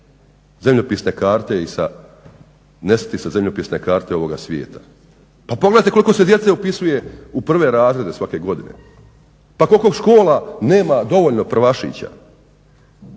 nećemo izumrti i nestati sa zemljopisne karte ovoga svijeta. Pa pogledajte koliko se djece upisuje u prve razrede svake godine, pa koliko škola nema dovoljno prvašića.